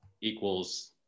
equals